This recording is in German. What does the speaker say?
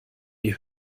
die